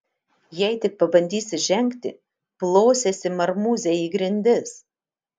jei tik pabandysi žengti plosiesi marmūze į grindis